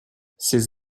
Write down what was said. ces